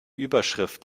überschrift